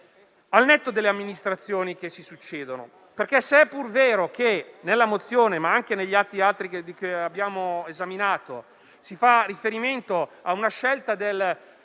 al netto delle Amministrazioni che si succedono. Se è vero, infatti, che nella mozione e anche negli altri atti che abbiamo esaminato si fa riferimento a una scelta